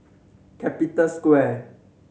Capital Square